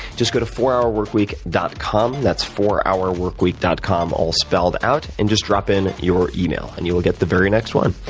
just go to fourhourworkweek dot com. that's fourhourworkweek dot com all spelled out, and just drop in your email. and you will get the very next one,